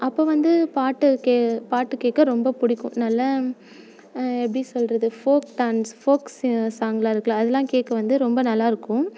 அப்போ வந்து பாட்டு கே பாட்டு கேட்க ரொம்ப பிடிக்கும் நல்லா எப்படி சொல்கிறது ஃபோக் டான்ஸ் ஃபோக்ஸு சாங்கெலாம் இருக்குல அதெலாம் கேட்க வந்து ரொம்ப நல்லாயிருக்கும்